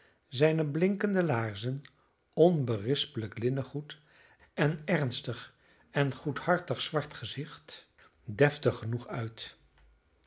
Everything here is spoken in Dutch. zijne blinkende laarzen onberispelijk linnengoed en ernstig en goedhartig zwart gezicht deftig genoeg uit